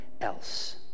else